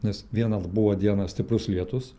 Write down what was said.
nes vieną buvo dieną stiprus lietus